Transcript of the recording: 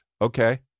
Okay